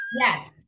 Yes